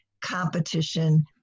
competition